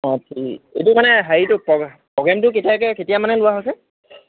অঁ ঠিক এইটো মানে হেৰিটো প্ৰ'গ্ৰেমটো কেতিয়াকে কেতিয়া মানে লোৱা হৈছে